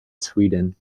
sweden